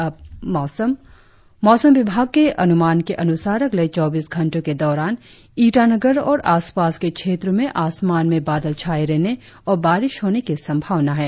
और अब मौसम मौसम विभाग के अनुमान के अनुसार अगले चौबीस घंटो के दौरान ईटानगर और आसपास के क्षेत्रो में आसमान में बादल छाये रहने और बारिश होने की संभावना है